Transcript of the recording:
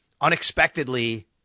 unexpectedly